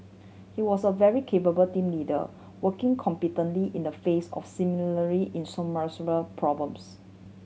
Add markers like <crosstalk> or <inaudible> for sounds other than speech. he was a very capable team leader working competently in the face of <unintelligible> problems